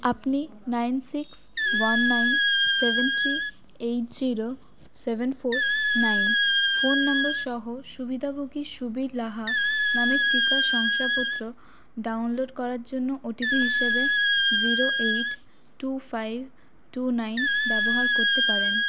আপনি nine six one nine seven three eight zero seven four nine phone number সহ সুবিধাভোগী সুবীর লাহা নামের টিকা শংসাপত্র ডাউনলোড করার জন্য ওটিপি হিসাবে zero eight two five two nine ব্যবহার করতে পারেন